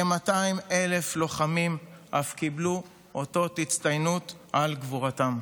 כ-200,000 לוחמים אף קיבלו אותות הצטיינות על גבורתם.